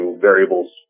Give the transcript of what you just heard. variables